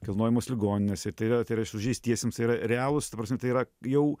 kilnojamos ligoninės ir tai yra tai yra sužeistiesiems tai yra realūs ta prasme tai yra jau